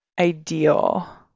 ideal